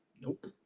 Nope